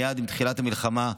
מייד עם תחילת המלחמה,